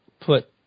put